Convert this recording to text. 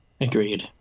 agreed